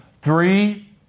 three